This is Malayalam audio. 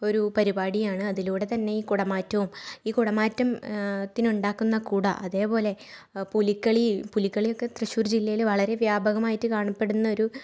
ഒരു പരിപാടിയാണ് അതിലൂടെ തന്നെ ഈ കുടമാറ്റവും ഈ കുടമാറ്റത്തിനുണ്ടാക്കുന്ന ഈ കുട അതേ പോലെ പുലിക്കളിയും പുലിക്കളിയൊക്കെ തൃശ്ശൂർ ജില്ലയിൽ വളരെ വ്യാപകമായിട്ട് കാണപ്പെടുന്നൊരു